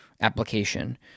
application